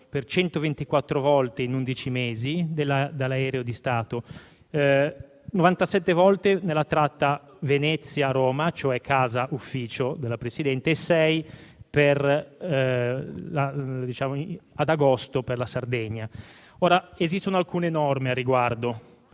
per 124 volte, in undici mesi, dell'aereo di Stato: 97 volte nella tratta Venezia-Roma, cioè casa-ufficio della Presidente, e 6 ad agosto per la Sardegna. Esistono alcune norme al riguardo.